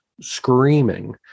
screaming